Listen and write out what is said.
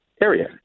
Area